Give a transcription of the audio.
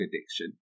addiction